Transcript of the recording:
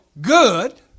good